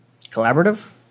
collaborative